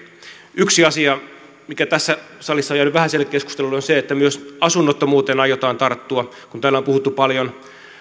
yksi asia mikä tässä salissa on jäänyt vähäiselle keskustelulle on se että myös asunnottomuuteen aiotaan tarttua kun täällä on puhuttu paljon